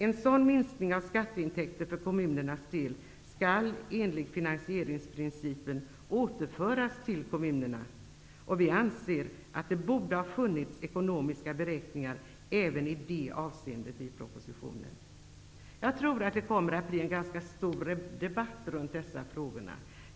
En sådan minskning av skatteintäkter för kommunernas del skall enligt finansieringsprincipen återföras till kommunerna. Vi anser att det borde ha funnits ekonomiska beräkningar även i det avseendet i propositionen. Jag tror att det kommer att bli en ganska stor debatt runt dessa frågor.